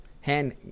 hand